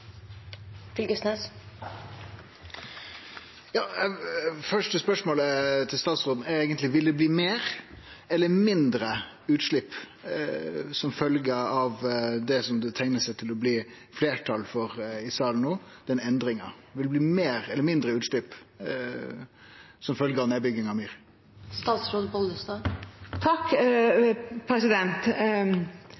bli meir eller mindre utslipp som følgje av den endringa som det teiknar til å bli fleirtal for i salen nå? Vil det bli meir eller mindre utslipp som følgje av nedbygging av